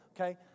okay